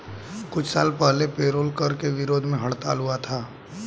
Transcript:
कुछ साल पहले पेरोल कर के विरोध में हड़ताल हुआ था